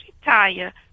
retire